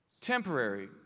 Temporary